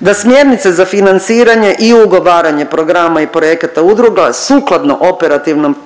da smjernice za financiranje i ugovaranje programa i projekata udruga sukladno operativnom,